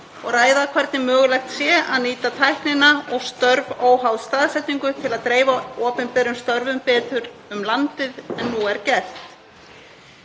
og ræða hvernig mögulegt sé að nýta tæknina og störf óháð staðsetningu til að dreifa opinberum störfum betur um landið en nú er gert.